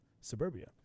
suburbia